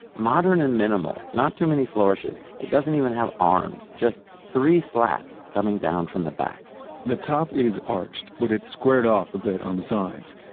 modern and minimal, not too many flourishes, it doesn't even have arms, just three slats coming down from the back the top is arched, but its squared off a bit on the sides.